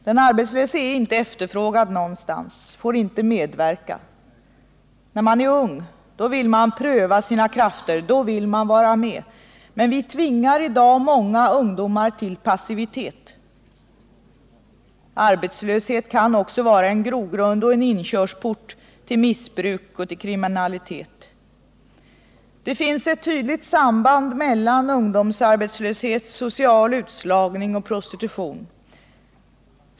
Den arbetslöse är inte efterfrågad någonstans, får inte medverka. När man är ung vill man pröva sina krafter. Då vill man vara med. Men vi tvingar i dag många ungdomar till passivitet. Arbetslöshet kan också vara en grogrund för och en inkörsport till missbruk och kriminalitet. Det finns ett tydligt samband mellan ungdomsarbetslöshet, social utslagning och prostitution.